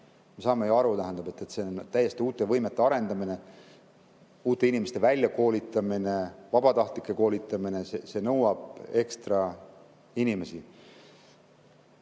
saame ju aru, et see on täiesti uute võimete arendamine, uute inimeste väljakoolitamine, vabatahtlike koolitamine, see nõuab ekstra inimesi.